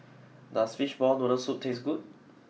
does Fishball Noodle Soup taste good